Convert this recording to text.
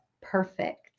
perfect